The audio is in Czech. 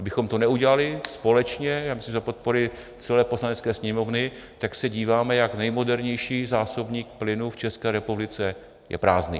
Kdybychom to neudělali společně, myslím za podpory celé Poslanecké sněmovny, tak se díváme, jak nejmodernější zásobník plynu v České republice je prázdný.